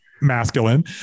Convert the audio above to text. masculine